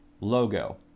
logo